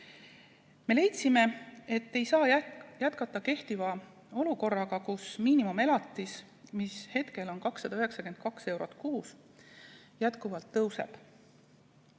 Me leidsime, et me ei saa jätkata kehtivat olukorda, kus miinimumelatis, mis hetkel on 292 eurot kuus, jätkuvalt tõuseb.